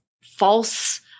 false